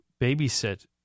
babysit